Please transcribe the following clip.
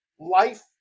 life